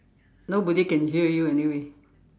nobody can hear you anyway